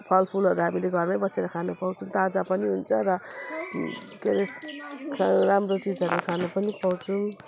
फलफुलहरू हामीले घरमै बसेर खान पाउँछौँ ताजा पनि हुन्छ र के रे राम्रो चिजहरू खाना पनि पाउँछौँ